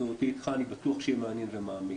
מהיכרותי איתך, אני בטוח שיהיה מעניין ומעמיק.